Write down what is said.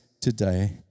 today